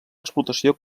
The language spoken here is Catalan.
explotació